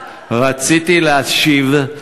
רציתי להשיב,